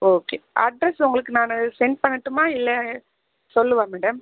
okay address உங்களுக்கு நான் send பண்ணட்டுமா இல்லை சொல்லவா மேடம்